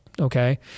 okay